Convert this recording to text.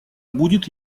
будет